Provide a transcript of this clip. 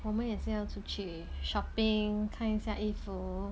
我们也是要出去 shopping 看一下衣服